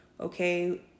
okay